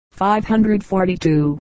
542